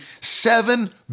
seven